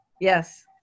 Yes